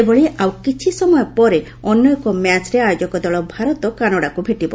ସେହିଭଳି ଆଉ କିଛି ସମୟ ପରେ ଅନ୍ୟ ଏକ ମ୍ୟାଚରେ ଆୟୋଜକ ଦଳ ଭାରତ କାନାଡାକୁ ଭେଟିବ